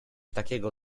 takiego